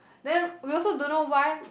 then we also don't know why